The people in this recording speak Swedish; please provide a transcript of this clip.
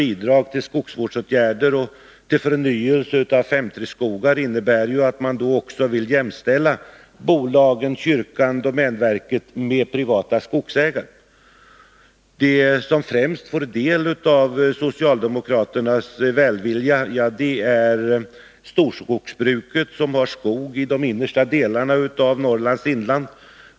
bruksdepartemenförnyelse av 5:3-skogar innebär att man vill jämställa bolagen, kyrkan och — ;ets verksamhetsdomänverket med privata skogsägare. De som främst får del av socialdemo — område kraternas välvilja är storskogsbruket, som har skog i de innersta delarna av Norrlands inland.